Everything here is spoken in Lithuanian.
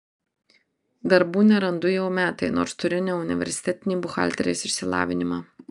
darbų nerandu jau metai nors turiu neuniversitetinį buhalterės išsilavinimą